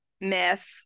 myth